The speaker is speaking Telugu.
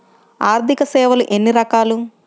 ఆర్థిక సేవలు ఎన్ని రకాలు?